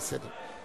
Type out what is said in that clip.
זה בסדר.